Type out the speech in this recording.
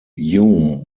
hume